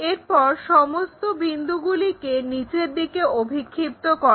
এরপর সমস্ত বিন্দুগুলিকে নিচের দিকে অভিক্ষিপ্ত করো